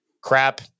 crap